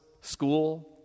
school